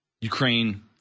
Ukraine